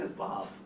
bop?